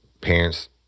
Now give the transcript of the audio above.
parents